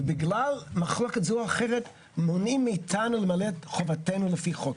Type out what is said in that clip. ובגלל מחלוקת זו או אחרת מונעים מאתנו למלא את חובתנו לפי חוק.